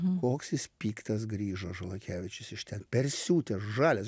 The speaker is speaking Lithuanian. koks jis piktas grįžo žalakevičius iš ten persiutęs žalias